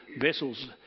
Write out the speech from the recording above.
vessels